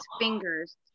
fingers